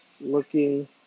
looking